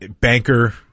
banker